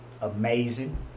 amazing